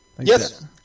Yes